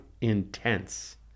intense